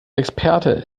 experte